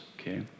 Okay